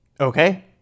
Okay